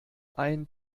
ein